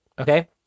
Okay